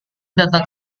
datang